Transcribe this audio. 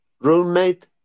roommate